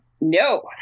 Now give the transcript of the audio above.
No